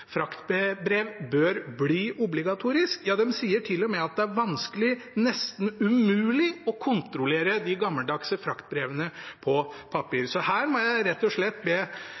elektroniske fraktbrev bør bli obligatorisk. Ja, de sier til og med at det er vanskelig, nesten umulig, å kontrollere de gammeldagse fraktbrevene på papir. Så her må jeg rett og slett be